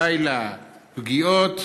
בבקשה, ההצבעה פועלת.